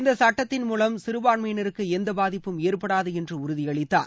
இந்த சட்டத்தின் மூலம் சிறுபான்மையினருக்கு எந்த பாதிப்பு ஏற்படாது என்று உறுதியளித்தார்